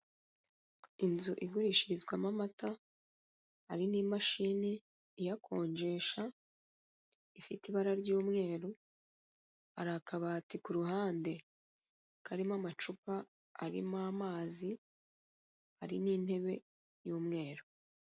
Inzu igurishirizwamo amata hari n'imashini iyakonjesha, ifite ibara ry'umweru, hari akabati ku ruhande, kariko amacupa arimo amazi hari n'intebe y'umweru.